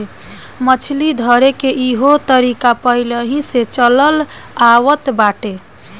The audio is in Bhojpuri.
मछली धरेके के इहो तरीका पहिलेही से चलल आवत बाटे